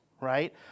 Right